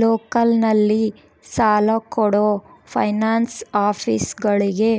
ಲೋಕಲ್ನಲ್ಲಿ ಸಾಲ ಕೊಡೋ ಫೈನಾನ್ಸ್ ಆಫೇಸುಗಳಿಗೆ